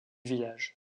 village